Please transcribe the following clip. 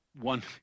one